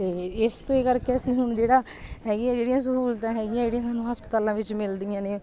ਅਤੇ ਇਸ ਕਰਕੇ ਅਸੀਂ ਹੁਣ ਜਿਹੜਾ ਹੈਗੀਆਂ ਜਿਹੜੀਆਂ ਸਹੂਲਤਾਂ ਹੈਗੀਆਂ ਜਿਹੜੀਆਂ ਸਾਨੂੰ ਹਸਪਤਾਲਾਂ ਵਿੱਚ ਮਿਲਦੀਆਂ ਨੇ